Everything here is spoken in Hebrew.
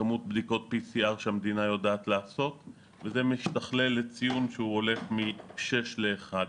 כמות בדיקות PCR שהמדינה יודעת לעשות וזה משתכלל לציון שהולך מ-6 ל-1.